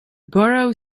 borough